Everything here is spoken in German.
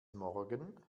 morgen